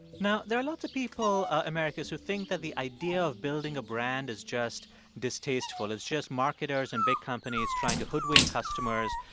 now, there are lots of people, americus, who think that the idea of building a brand is just distasteful it's just marketers and big companies trying to hoodwink customers,